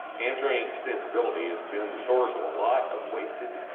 hamstring extensibility has been the source of a lot of wasted